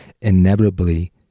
inevitably